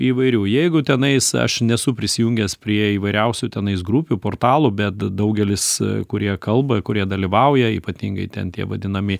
įvairių jeigu tenais aš nesu prisijungęs prie įvairiausių tenais grupių portalų bet daugelis kurie kalba kurie dalyvauja ypatingai ten tie vadinami